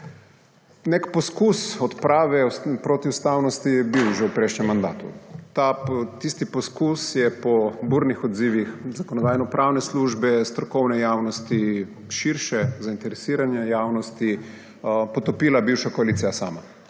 Nek poizkus odprave protiustavnosti je bil že v prejšnjem mandatu. Tisti poizkus je po burnih odzivih Zakonodajno-pravne službe, strokovne javnosti, širše zainteresirane javnosti potopila bivša koalicija sama.